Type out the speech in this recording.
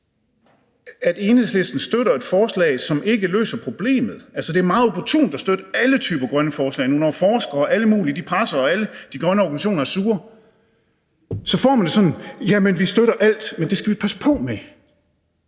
at Enhedslisten støtter et forslag, som ikke løser problemet. Altså, det er meget opportunt at støtte alle typer grønne forslag nu, når forskere og alle mulige presser, og alle de grønne organisationer er sure. Så får man det sådan: Jamen vi støtter alt. Men det skal vi passe på med.